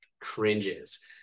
cringes